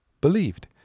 believed